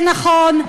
זה כן נכון.